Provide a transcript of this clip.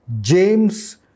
James